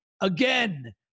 Again